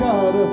God